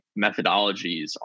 methodologies